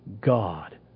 God